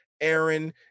Aaron